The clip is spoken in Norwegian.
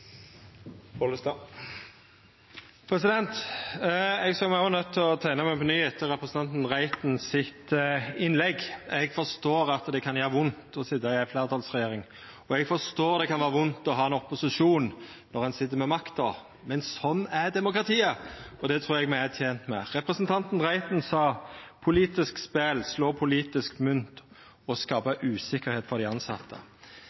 dag. Eg ser meg òg nøydd til å teikna meg på nytt etter representanten Reitens innlegg. Eg forstår at det kan gjera vondt å sitja i ei fleirtalsregjering, og eg forstår det kan vera vondt å ha ein opposisjon når ein sit med makta. Men slik er demokratiet, og det trur eg me er tente med. Representanten Reiten sa: Politisk spel slår politisk mynt på å skapa usikkerheit for dei tilsette. Då eg var på Veterinærinstituttet i